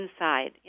inside